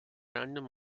random